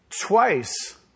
Twice